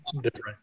different